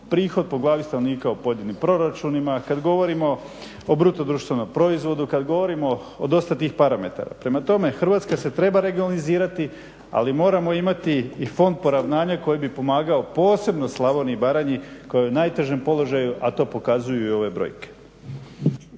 prihod po glavi stanovnika u pojedinim proračunima, kad govorimo o BDP-u, kad govorimo o dosta tih parametara. Prema tome Hrvatska se treba regionalizirati ali moramo imati i fond poravnanja koji bi pomagao posebno Slavoniji i Baranji koja je u najtežem položaju a to i pokazuju i ove brojke.